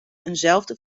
eenzelfde